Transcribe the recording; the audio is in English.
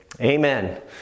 amen